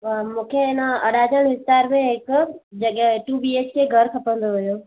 मूंखे न अरेजर विस्ता में हिकु जॻहि टू बी एच के घरु खपंदो हुयो